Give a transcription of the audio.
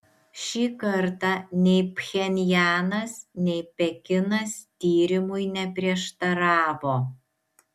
šį kartą nei pchenjanas nei pekinas tyrimui neprieštaravo